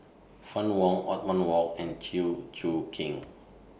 Fann Wong Othman Wok and Chew Choo Keng